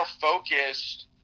focused